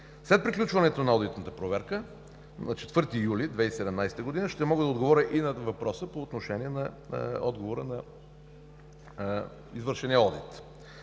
След приключването на одитната проверка, на 4 юли 2017 г., ще мога да отговаря и на въпроса по отношение на отговора от извършения одит,